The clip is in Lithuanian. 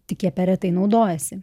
tik jie per retai naudojasi